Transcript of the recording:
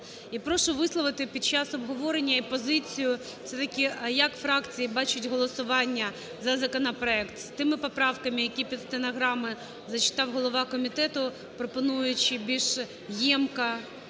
І прошу висловити під час обговорення і позицію все-таки, як фракції бачать голосування за законопроект з тими поправками, які під стенограму зачитав голова комітету, пропонуючи більш ємко